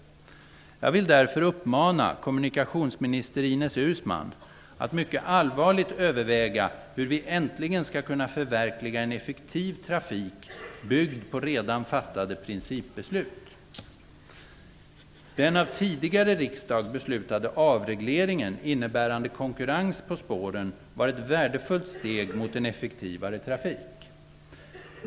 Jag vill därför uppmana kommunikationsminister Ines Uusmann att mycket allvarligt överväga hur vi äntligen skall kunna förverkliga en effektiv trafikpolitik byggd på redan fattade principbeslut. Den av tidigare riksdag beslutade avregleringen innebärande konkurrens på spåren var ett värdefullt steg mot en effektivare trafik.